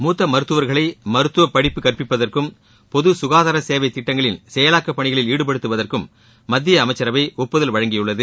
மூத்த மருத்துவர்களை மருத்துவப்படிப்பு கற்பிப்பதற்கும் பொது சுகாதார சேவை திட்டங்களின் செயலாக்கப்பணிகளில் ஈடுபடுத்துவதற்கும் மத்திய அமைச்சரவை ஒப்புதல் வழங்கியுள்ளது